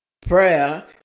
prayer